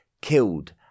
killed